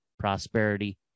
prosperity